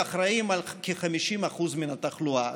שמונה ערים בישראל אחראיות לכ-50% מן התחלואה.